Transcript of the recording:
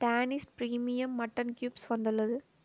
Danish premium mutton cubes வந்துள்ளது